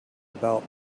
about